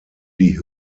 die